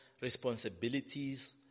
responsibilities